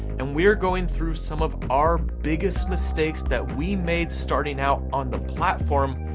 and we're going through some of our biggest mistakes that we made starting out on the platform,